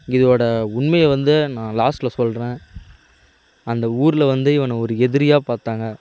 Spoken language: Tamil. இதோடய உண்மையை வந்து நான் லாஸ்ட்டில் சொல்கிறேன் அந்த ஊரில் வந்து இவனை ஒரு எதிரியாக பார்த்தாங்க